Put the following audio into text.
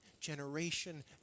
generation